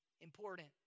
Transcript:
important